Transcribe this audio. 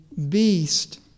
beast